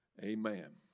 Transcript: Amen